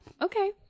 Okay